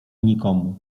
nikomu